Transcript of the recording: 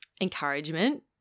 encouragement